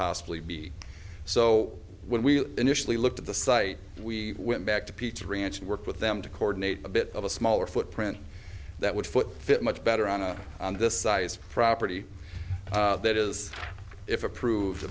possibly be so when we initially looked at the site we went back to pizza ranch and worked with them to coordinate a bit of a smaller footprint that would foot fit much better on a this size property that is if approved